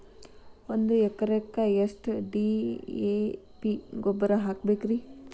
ಒಂದು ಎಕರೆಕ್ಕ ಎಷ್ಟ ಡಿ.ಎ.ಪಿ ಗೊಬ್ಬರ ಹಾಕಬೇಕ್ರಿ?